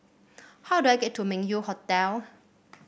how do I get to Meng Yew Hotel